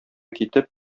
китеп